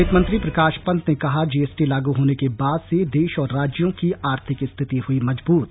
वित्त मंत्री प्रकाश पंत ने कहा जीएसटी लागू होने के बाद से देश और राज्यों की आर्थिक स्थिति हुई मजबूत